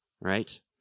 Right